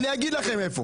אני אגיד לכם איפה